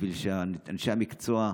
כדי שאנשי המקצוע,